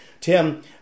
tim